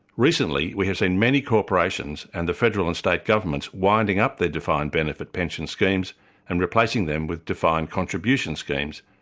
recently, we have seen many corporations and the federal and state governments winding up their defined benefit pension schemes and replacing them with defined contribution schemes,